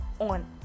on